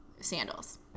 sandals